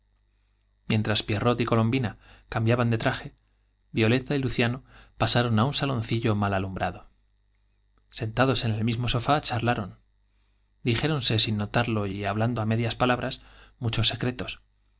mientras pierrot y colombina cambiaban de traje violeta y luciano pasaron á un saloncillo mal alum brado sentados en el mismo sofá charlaron dijéronse sin notarlo y hablando á medias palabras rincones muchos secretos